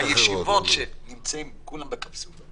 הישיבות בהן כולם נמצאים בקפסולות,